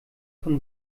von